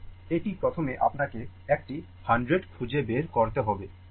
তো এটি প্রথমে আপনাকে একটি 100 খুঁজে বের করতে হবে